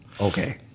Okay